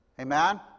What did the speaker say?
Amen